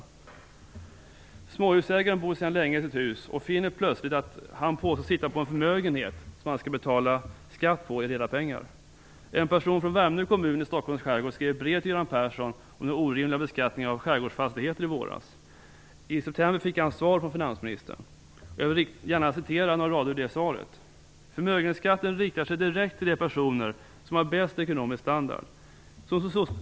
En småhusägare som sedan länge bor i sitt hus finner plötsligt att han påstås sitta på en förmögenhet för vilken han skall betala skatt i reda pengar. En person från Värmdö kommun i Stockholms skärgård skrev ett brev till Göran Persson i våras om den orimliga beskattningen av skärgårdsfastigheter. I september fick han ett svar från finansministern som jag gärna vill citera några rader ur: "Förmögenhetsskatten riktar sig direkt till de personer som har bäst ekonomisk standard.